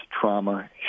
trauma